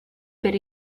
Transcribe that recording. per